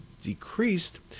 decreased